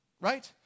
right